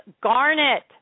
garnet